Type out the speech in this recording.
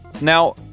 Now